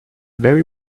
very